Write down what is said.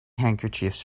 handkerchiefs